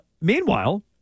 Meanwhile